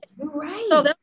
right